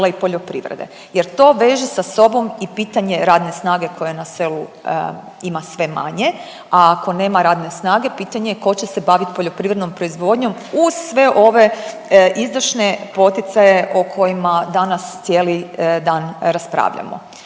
i poljoprivrede jer to veže sa sobom i pitanje radne snage koje na selu ima sve manje, a ako nema radne snage pitanje je ko će se bavit poljoprivrednom proizvodnjom uz sve ove izdašne poticaje o kojima danas cijeli dan raspravljamo.